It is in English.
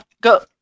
go